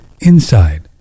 Inside